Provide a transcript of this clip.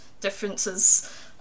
differences